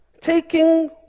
taking